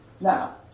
Now